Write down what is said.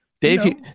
dave